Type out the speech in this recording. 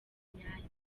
imyanya